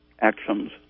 actions